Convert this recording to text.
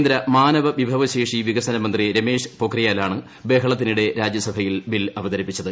കേന്ദ്ര മാ്നവ് വിഭവശേഷി വികസന മന്ത്രി രമേഷ് പൊഖ്രിയാലാണ് ബഹളത്തിനിടെ് രാജ്യസഭയിൽ ബിൽ അവതരിപ്പിച്ചത്